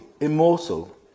immortal